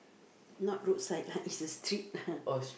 not roadside lah is a street lah